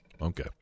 okay